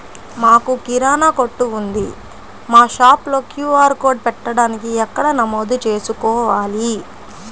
మాకు కిరాణా కొట్టు ఉంది మా షాప్లో క్యూ.ఆర్ కోడ్ పెట్టడానికి ఎక్కడ నమోదు చేసుకోవాలీ?